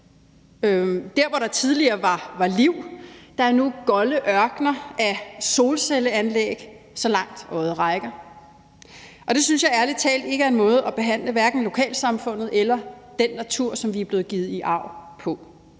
Der, hvor der tidligere var liv, er der nu golde ørkener af solcelleanlæg, så langt øjet rækker, og det synes jeg ærlig talt ikke er en måde at behandle hverken lokalsamfundet eller den natur, som vi er blevet givet i arv, på.